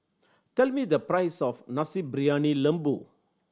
tell me the price of Nasi Briyani Lembu